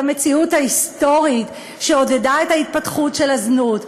את המציאות ההיסטורית שעודדה את ההתפתחות של הזנות.